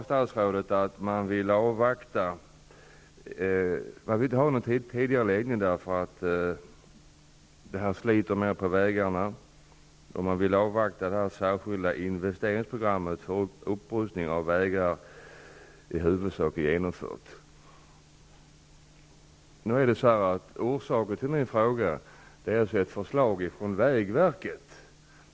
Statsrådet svarar nu att man inte vill ha någon tidigareläggning därför att det sliter mer på vägarna och att man vill avvakta tills det särskilda investeringsprogrammet för upprustning av vägar i huvudsak är genomfört. Orsaken till min fråga är ett förslag från vägverket.